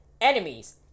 Enemies